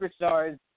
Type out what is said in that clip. superstars